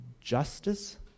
justice